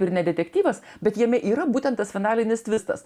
ir ne detektyvas bet jame yra būtent tas finalinis tvistas